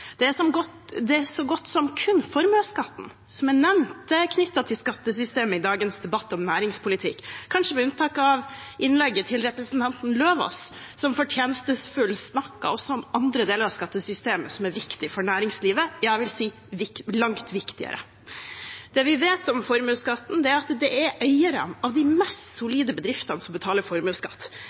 Det er så godt som kun formuesskatten som er nevnt knyttet til skattesystemet i dagens debatt om næringspolitikk, kanskje med unntak av innlegget til representanten Løvaas, som fortjenestefullt snakket også om andre deler av skattesystemet som er viktig for næringslivet – ja, jeg vil si langt viktigere. Det vi vet om formuesskatten, er at det er eierne av de mest solide bedriftene som betaler formuesskatt,